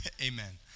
Amen